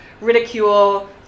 Ridicule